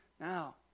Now